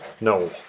No